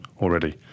already